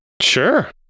Sure